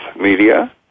Media